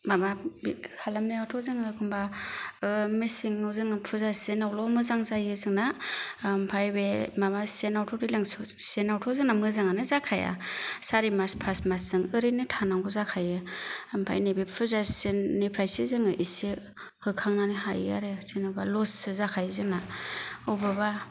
माबा बे खालामनायावथ' जोङो एखनबा मेसेंआव जोङो फुजा सिजोनावल' मोजां जायो जोंना ओमफ्राय बे माबा सिजोनावथ' दैज्लां सिजोनावथ' जोंना मोजाङानो जाखाया सारि मास पास मास जों ओरैनो थानांगौ जाखायो ओमफ्राय नैबे फुजा सिजोननिफ्रायसो जोङो एसे होखांनो हायो आरो जेनेबा लससो जाखायो जोंना बबेबा